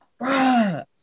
Bruh